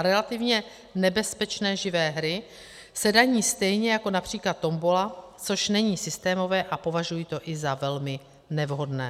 Relativně nebezpečné živé hry se daní stejně jako například tombola, což není systémové, a považuji to i za velmi nevhodné.